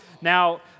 Now